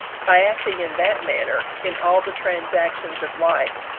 by acting in that manner in all the transactions of life,